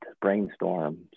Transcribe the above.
brainstorm